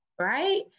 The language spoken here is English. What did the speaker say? right